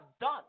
done